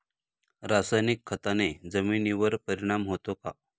रासायनिक खताने जमिनीवर परिणाम होतो का?